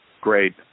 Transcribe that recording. Great